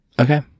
Okay